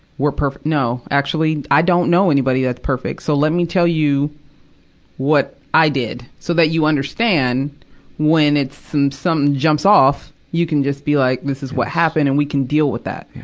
we're perfect no. actually, i don't know anybody that's perfect, so let me tell you what i did, so that you understand when it's, something jumps off, you can just be, like, this is what happened, and we can deal with that,